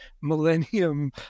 millennium